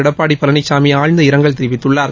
எடப்பாடி பழனிசாமி ஆழ்ந்த இரங்கல் தெரிவித்துள்ளார்